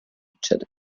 tchad